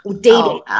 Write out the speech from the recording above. Dating